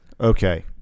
Okay